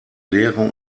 lehre